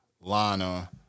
Lana